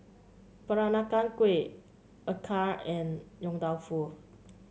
Peranakan Kueh acar and Yong Tau Foo